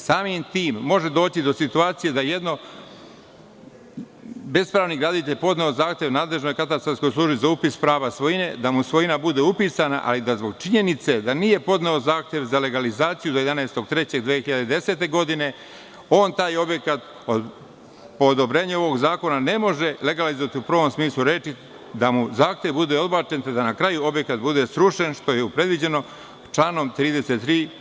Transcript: Samim tim može doći do situacije da je bespravni graditelj podneo zahtev nadležnoj katastarskoj službi za upis prava svojine da mu svojina bude upisana, a i da zbog činjenice da nije podneo zahtev za legalizaciju do 11.3.2010. godine, on taj objekat po odobrenju ovog zakona ne može legalizovati u pravom smislu reči – da mu zahtev bude odbačen te da na kraju objekat bude srušen, što je predviđeno članom 33.